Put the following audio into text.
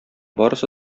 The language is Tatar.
барысы